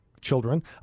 children